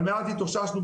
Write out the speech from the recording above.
אבל מאז התאוששנו,